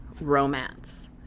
romance